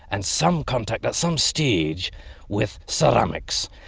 and some contact at some stage with ceramics.